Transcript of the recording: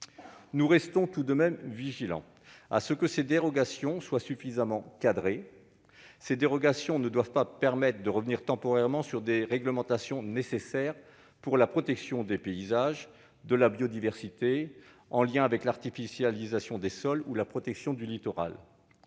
Nous restons tout de même vigilants : ces dérogations doivent être suffisamment cadrées et ne sauraient permettre de revenir temporairement sur des réglementations nécessaires pour la protection des paysages et de la biodiversité, en lien avec l'artificialisation des sols ou la protection du littoral.